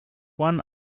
one